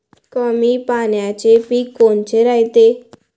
कमी पाण्याचे पीक कोनचे रायते?